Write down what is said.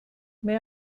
may